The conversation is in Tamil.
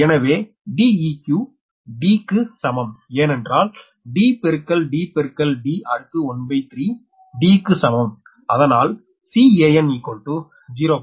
எனவே Deq D க்கு சமம் ஏனென்றால் D பெருக்கல் D பெருக்கல் D அடுக்கு 13 D க்கு சமம் அதனால் Can 0